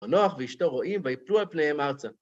הנוח ואשתו רואים ויפלו על פניהם ארצה.